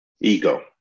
Ego